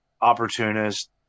opportunist